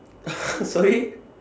sorry